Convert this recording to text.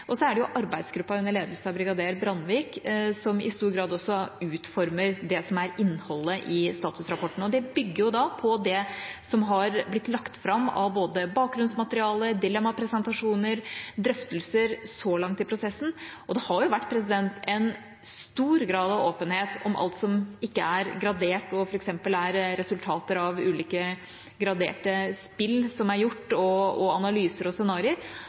Og det er arbeidsgruppa under ledelse av brigader Brandvik som i stor grad også utformer det som er innholdet i statusrapporten. Det bygger på det som er lagt fram av både bakgrunnsmateriale, dilemmapresentasjoner og drøftelser så langt i prosessen, og det har vært en stor grad av åpenhet om alt som ikke er gradert og f.eks. er resultater av ulike graderte spill som er gjort, og av analyser og scenarioer.